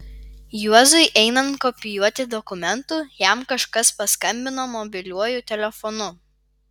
juozui einant kopijuoti dokumentų jam kažkas paskambino mobiliuoju telefonu